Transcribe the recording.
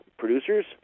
producers